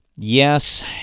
Yes